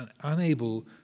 unable